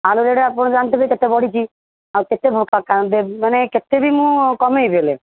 ଆଳୁ ରେଟ୍ ଆପଣ ଜାଣିଥିବେ କେତେ ବଢ଼ିଛି ଆଉ କେତେ ମାନେ କେତେବି ମୁଁ କମେଇବି ହେଲେ